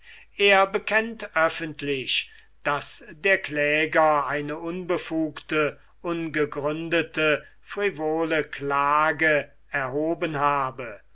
er bekennt öffentlich daß der kläger eine unbefugte ungegründete frivole klage erhoben habe